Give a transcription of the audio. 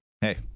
hey